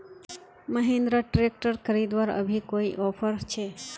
Mahindra tractor खरीदवार अभी कोई ऑफर छे?